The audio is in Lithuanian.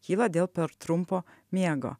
kyla dėl per trumpo miego